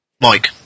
Mike